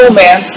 man